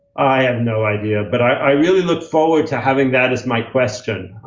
i have no idea. but i really look forward to having that as my question,